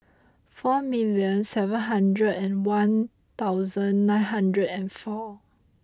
four million seven hundred and one thousand nine hundred and four